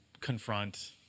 confront